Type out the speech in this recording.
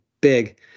big